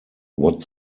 what